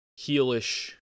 heelish